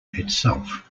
itself